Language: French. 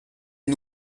les